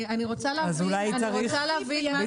אני רוצה להבין מה